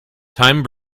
time